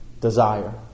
desire